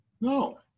No